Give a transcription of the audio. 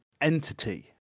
entity